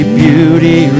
beauty